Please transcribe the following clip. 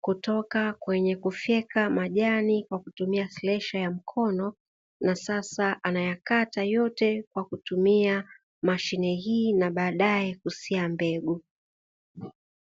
kutoka kwenye kufyeka majani kwa kutumia zana ya kufyekea ya mkono na sasa anayakata yote kwa kutumia mashine hii na baadaye kusia mbegu.